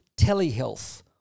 telehealth